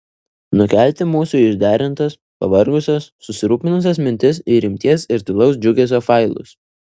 nukelti mūsų išderintas pavargusias susirūpinusias mintis į rimties ir tylaus džiugesio failus